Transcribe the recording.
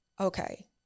okay